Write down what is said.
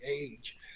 age